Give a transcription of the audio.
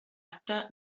acta